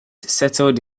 settled